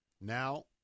Now